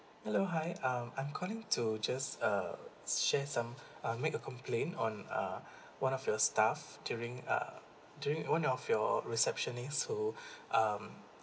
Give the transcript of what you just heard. hello hi um I'm calling to just uh share some uh make a complaint on uh one of your staff during uh during one of your receptionists who um